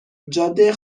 جاده